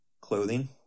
Clothing